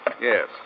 Yes